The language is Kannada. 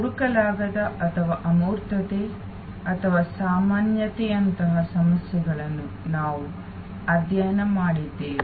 ಹುಡುಕಲಾಗದ ಅಥವಾ ಅಮೂರ್ತತೆ ಅಥವಾ ಸಾಮಾನ್ಯತೆಯಂತಹ ಸಮಸ್ಯೆಗಳನ್ನು ನಾವು ಅಧ್ಯಯನ ಮಾಡಿದ್ದೇವೆ